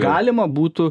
galima būtų